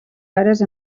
hores